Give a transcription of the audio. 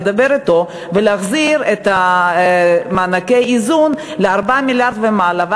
לדבר אתו ולהחזיר את מענקי האיזון ל-4 מיליארד ומעלה,